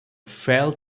failed